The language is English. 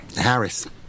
Harris